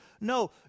no